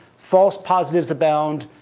false positives abound,